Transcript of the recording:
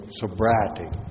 sobriety